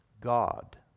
God